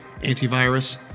antivirus